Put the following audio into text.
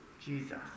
Jesus